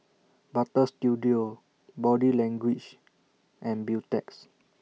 Butter Studio Body Language and Beautex